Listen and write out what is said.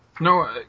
No